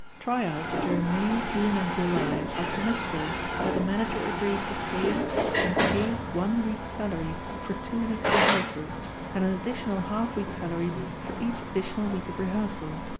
tryouts during may, june and july are permissible where the manager agrees to pay and pays one week's salary for two weeks' rehearsals and an additional half week's salary for each additional week of rehearsal,